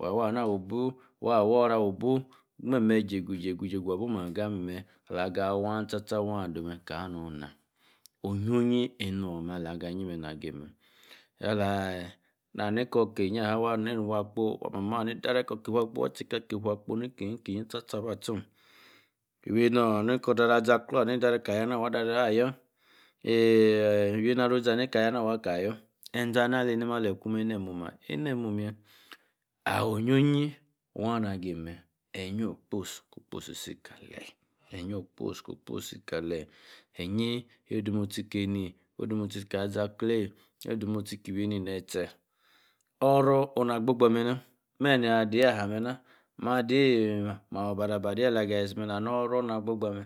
wa-wanah woo-booh wa-bah woor-ora woo-booh. me mme jîegu-jie-gu jîe-gu-wa. booh mah aga me mme. alah aga-wah tiar. wan. adowo. kana nu-nah? oflo-yiē. eno amah alah gah yiē. na gí́ mme alíayí ni kor-kí híe-yaa. wah. haní wooh fua akpo. mamoh aha-ni da-reeh. ko-ki-fua akpo. mamoh aha-ni da-reeh. alí-zaklor ni kor da-reeh ka-yaa. waa yor eeh iwi-enor alo-oriȝei aha ni kah yaa anar. waka ka yor eȝe-ani. alini ale-kume. eneme omoa. eneme omu-ya. ahh. oyio-yie waah na-gi gimme. ehie. okposi. kposi-isi kaleh. ehie okposi-kposi-si de-kaleh. echie. ewosh ode-mostie. keni. wooh odemostie. kali-zakleh. ewooh odemostie key. íwí-eni. neh-tie. oro. onu-na gbor-gba menah. emme na-adey aha menah. maah. adeyi. obadabadeyi na-ha no-oro-na gbor-gba mme-